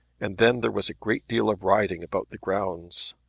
and then there was a great deal of riding about the grounds.